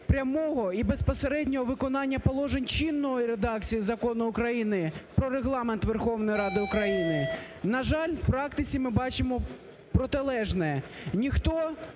прямого і безпосереднього виконання положень чинної редакції Закону України "Про Регламент Верховної Ради України". На жаль, в практиці ми бачимо протилежне.